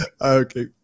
Okay